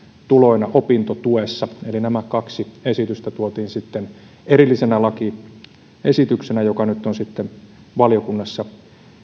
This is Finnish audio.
tuloina opintotuessa eli nämä kaksi esitystä tuotiin erillisenä lakiesityksenä joka nyt on sitten valiokunnassa